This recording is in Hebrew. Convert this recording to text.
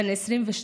בן 22,